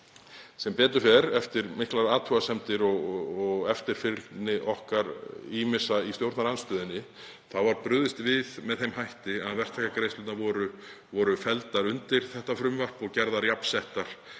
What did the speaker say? Sem betur fer, eftir miklar athugasemdir og eftirfylgni okkar ýmissa í stjórnarandstöðunni, var brugðist við með þeim hætti að verktakagreiðslurnar voru felldar undir þetta frumvarp og gerðar því sem